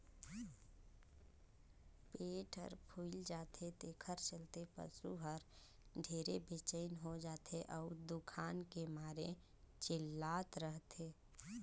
पेट हर फूइल जाथे तेखर चलते पसू हर ढेरे बेचइन हो जाथे अउ दुखान के मारे चिल्लात रथे